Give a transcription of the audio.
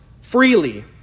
freely